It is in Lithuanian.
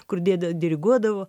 kur dėdė diriguodavo